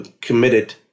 committed